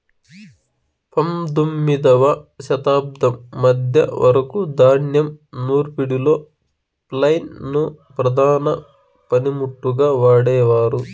పందొమ్మిదవ శతాబ్దం మధ్య వరకు ధాన్యం నూర్పిడిలో ఫ్లైల్ ను ప్రధాన పనిముట్టుగా వాడేవారు